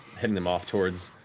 heading them off towards,